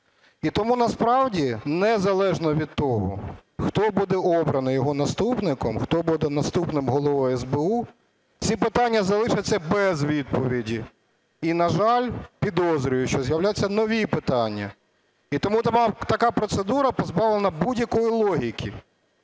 І тому насправді не залежно від того, хто буде обраний його наступником, хто буде наступним Головою СБУ, ці питання залишаться без відповіді. І, на жаль, підозрюю, що з'являться нові питання. І тому така процедура позбавлена будь-якої логіки,